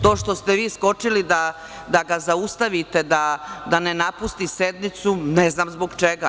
To što ste vi skočili da ga zaustavite da ne napusti sednicu, ne znam zbog čega.